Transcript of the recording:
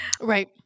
Right